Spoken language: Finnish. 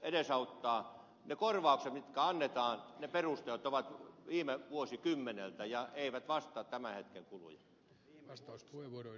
niiden korvausten perusteet mitkä annetaan ovat viime vuosikymmeneltä eivätkä vastaa tämän hetken kuluja